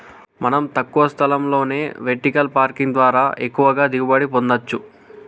మనం తక్కువ స్థలంలోనే వెర్టికల్ పార్కింగ్ ద్వారా ఎక్కువగా దిగుబడి పొందచ్చు